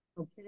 okay